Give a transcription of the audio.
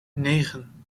negen